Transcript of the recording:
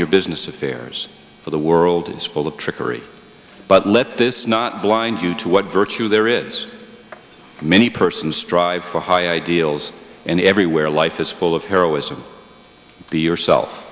your business affairs for the world is full of trickery but let this not blind you to what virtue there is many persons strive for high ideals and everywhere life is full of heroism be yourself